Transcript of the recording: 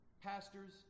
pastors